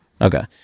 Okay